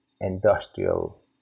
industrial